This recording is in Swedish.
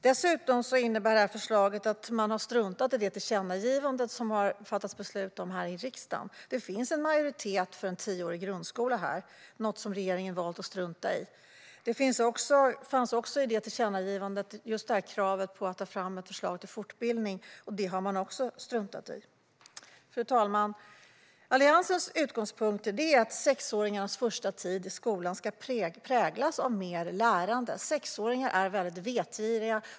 Dessutom innebär förslaget att man har struntat i det tillkännagivande som riksdagen har fattat beslut om. Det finns en majoritet för en tioårig grundskola här. Det är något som regeringen har valt att strunta i. I tillkännagivandet finns också kravet på att ta fram ett förslag om fortbildning. Det har man också struntat i. Fru talman! Alliansens utgångspunkt är att sexåringarnas första tid i skolan ska präglas av mer lärande. Sexåringar är väldigt vetgiriga.